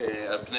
על פני